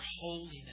holiness